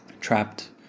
trapped